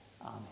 Amen